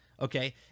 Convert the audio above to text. Okay